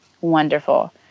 wonderful